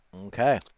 Okay